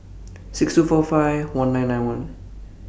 six two four five one four nine one